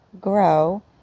grow